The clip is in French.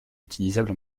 utilisables